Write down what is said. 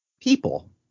people